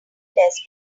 less